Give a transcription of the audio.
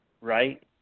right